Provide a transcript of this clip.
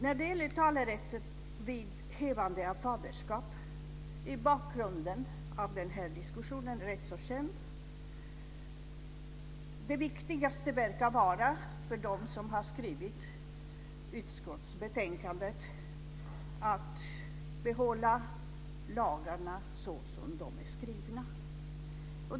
När det gäller talerätten vid hävande av faderskap är bakgrunden av diskussionen rätt så känd. Det viktigaste verkar vara för dem som har skrivit utskottsbetänkandet att behålla lagarna såsom de är skrivna.